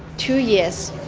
two years,